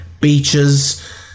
beaches